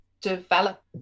develop